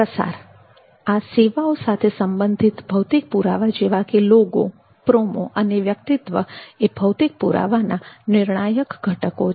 પ્રસાર આ સેવાઓ સાથે સંબંધિત ભૌતિક પુરાવા જેવા કે લોગો પ્રોમો અને વ્યક્તિત્વ એ ભૌતિક પુરાવાના નિર્ણાયક ઘટકો છે